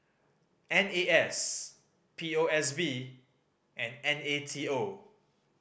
N A S P O S B and N A T O